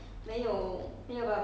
mm